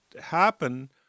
happen